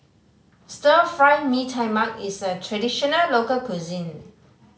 Stir Fry Mee Tai Mak is a traditional local cuisine